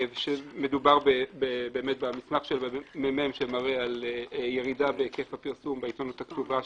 מדובר במסמך של ממ"מ שמלמד על ירידה בהיקף הפרסום בעיתונות הכתובה,